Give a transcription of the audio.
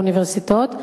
באוניברסיטאות,